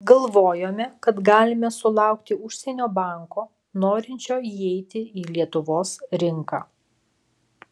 galvojome kad galime sulaukti užsienio banko norinčio įeiti į lietuvos rinką